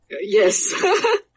Yes